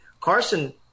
Carson